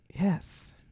Yes